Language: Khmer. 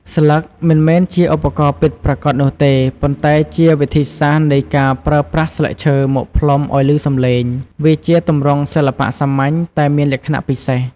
ស្លឹក មិនមែនជាឧបករណ៍ពិតប្រាកដនោះទេ ប៉ុន្តែជាវិធីសាស្រ្តនៃការប្រើប្រាស់ ស្លឹកឈើ មកផ្លុំឲ្យឮសំឡេង វាជាទម្រង់សិល្បៈសាមញ្ញតែមានលក្ខណៈពិសេស។